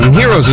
heroes